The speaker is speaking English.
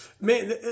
Man